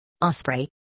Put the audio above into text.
Osprey